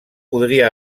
podria